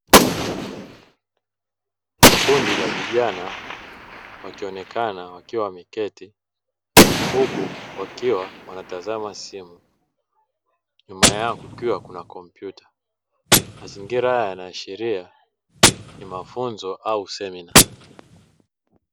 Kundi la vijana wakionekana wakiwa wameketi, huku wakiwa wanatazama simu nyuma yao kukiwa kuna kompyuta. Mazingira yanaashiria ni mafunzo au semina.